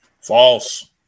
False